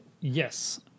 Yes